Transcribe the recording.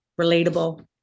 relatable